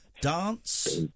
Dance